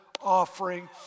offering